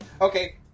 Okay